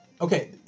okay